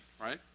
right